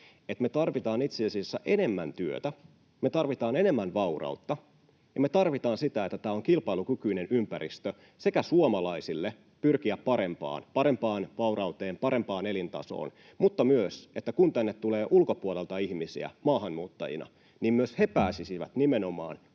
että me tarvitaan itse asiassa enemmän työtä, me tarvitaan enemmän vaurautta ja me tarvitaan sitä, että tämä on kilpailukykyinen ympäristö sekä suomalaisille pyrkiä parempaan — parempaan vaurauteen, parempaan elintasoon — mutta myös niin, että kun tänne tulee ulkopuolelta ihmisiä maahanmuuttajina, myös he pääsisivät nimenomaan